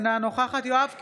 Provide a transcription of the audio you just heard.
אינה נוכחת יואב קיש,